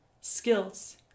skills